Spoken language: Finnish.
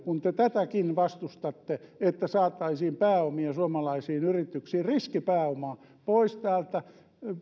kun te tätäkin vastustatte että saataisiin pääomia suomalaisiin yrityksiin riskipääomaa pois täältä